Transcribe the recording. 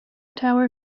tower